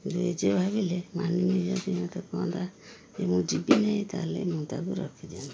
ଏଜେ ଭାବିଲେ ମାନିନୀ ଯଦି ମୋତେ କୁହନ୍ତା ଯେ ମୁଁ ଯିବିିନି ତାହେଲେ ମୁଁ ତାକୁ ରଖିଦିଅନ୍ତି